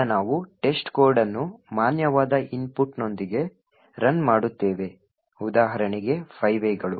ಈಗ ನಾವು testcode ಅನ್ನು ಮಾನ್ಯವಾದ ಇನ್ಪುಟ್ನೊಂದಿಗೆ ರನ್ ಮಾಡುತ್ತೇವೆ ಉದಾಹರಣೆಗೆ 5 A ಗಳು